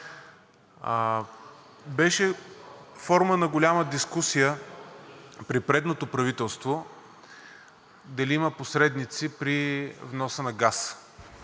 Беше форма на голяма дискусия при предното правителство дали има посредници при вноса на газ